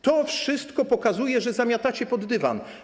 To wszystko pokazuje, że zamiatacie pod dywan.